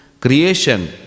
creation